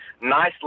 nice